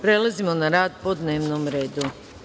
Prelazimo na rad po dnevnom redu.